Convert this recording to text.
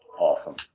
Awesome